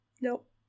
Nope